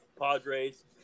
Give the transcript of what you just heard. Padres